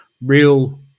real